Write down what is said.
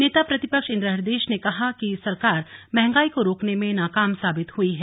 नेता प्रतिपक्ष इंदिरा हृदयेश ने कहा कि सरकार महंगाई को रोकने में नाकाम साबित हुई है